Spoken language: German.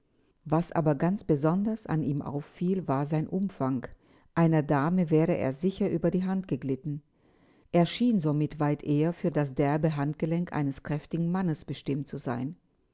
was aber ganz besonders an ihm auffiel das war sein umfang einer dame wäre er sicher über die hand geglitten er schien somit weit eher für das derbe handgelenk eines kräftigen mannes bestimmt zu sein